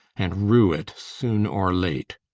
and rue it soon or late.